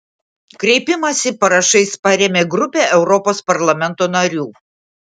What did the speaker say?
kreipimąsi parašais parėmė grupė europos parlamento narių